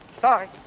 sorry